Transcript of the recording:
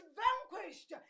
vanquished